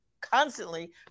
constantly